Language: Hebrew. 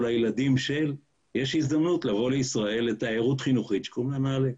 לילדים של יש הזדמנות לבוא לישראל לתיירות חינוכית שקוראים לה נעל"ה.